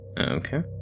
Okay